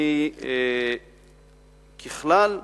ככלל,